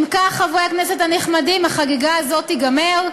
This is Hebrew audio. אם כך, חברי הכנסת הנכבדים, החגיגה הזאת תיגמר.